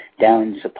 down